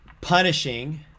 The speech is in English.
punishing